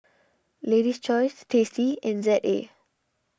Lady's Choice Tasty and Z A